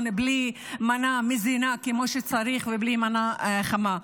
בלי מנה מזינה כמו שצריך ובלי מנה חמה.